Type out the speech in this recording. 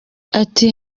ati